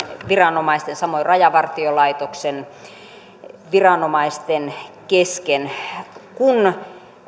viranomaisten samoin rajavartiolaitoksen viranomaisten kesken kun